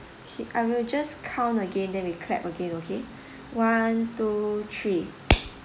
okay I will just count again then we clap again okay one two three